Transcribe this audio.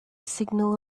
signal